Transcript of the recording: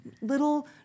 little